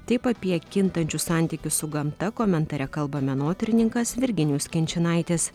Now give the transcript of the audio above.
taip apie kintančius santykius su gamta komentare kalba menotyrininkas virginijus kinčinaitis